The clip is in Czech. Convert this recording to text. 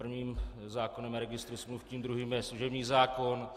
Prvním zákonem je registr smluv, tím druhým je služební zákon.